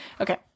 Okay